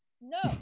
No